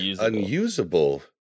unusable